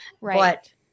Right